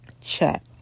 chat